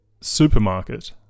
supermarket